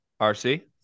RC